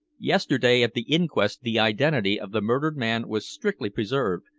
yesterday at the inquest the identity of the murdered man was strictly preserved,